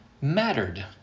mattered